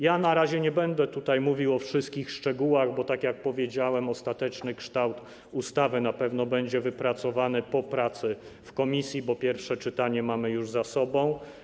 Ja na razie nie będę tutaj mówił o wszystkich szczegółach, bo tak jak powiedziałem, ostateczny kształt ustawy na pewno będzie wypracowany po pracy w komisji, bo pierwsze czytanie mamy już za sobą.